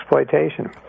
exploitation